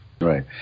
Right